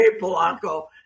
Polanco